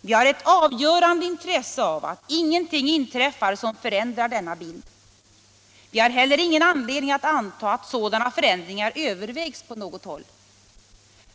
Vi har ett avgörande intresse av att ingenting inträffar som förändrar denna bild. Vi har heller ingen anledning anta att sådana förändringar övervägs på något håll.